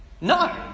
No